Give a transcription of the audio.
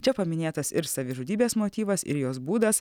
čia paminėtas ir savižudybės motyvas ir jos būdas